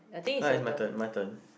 now is my turn my turn